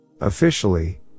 Officially